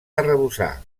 arrebossar